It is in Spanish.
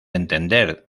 entender